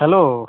hello